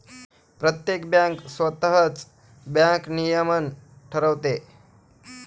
प्रत्येक बँक स्वतःच बँक नियमन ठरवते